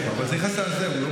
אבל הוא לא במליאה,